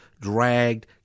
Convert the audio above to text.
dragged